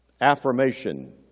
affirmation